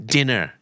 Dinner